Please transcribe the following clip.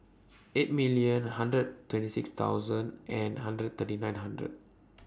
eight million hundred twenty six thousand and hundred thirty nine hundred